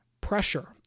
pressure